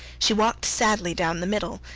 she walked sadly down the middle,